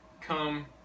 come